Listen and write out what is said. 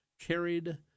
Carried